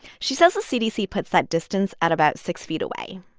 she says the cdc puts that distance at about six feet away.